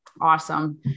Awesome